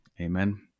Amen